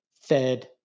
fed